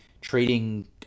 trading –